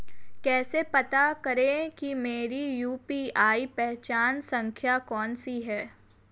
कैसे पता करें कि मेरी यू.पी.आई पहचान संख्या कौनसी है?